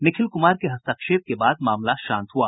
निखिल कुमार के हस्तक्षेप के बाद मामला शांत हुआ